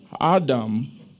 Adam